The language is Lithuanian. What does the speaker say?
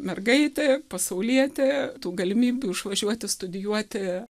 mergaitė pasaulietė tų galimybių išvažiuoti studijuoti